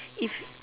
if